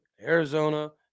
Arizona